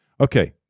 Okay